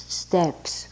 steps